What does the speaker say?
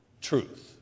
truth